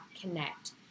connect